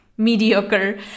mediocre